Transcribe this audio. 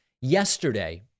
Yesterday